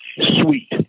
sweet